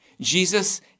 Jesus